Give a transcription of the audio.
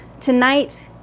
tonight